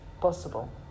possible